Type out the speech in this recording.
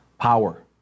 power